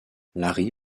larry